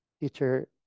teacher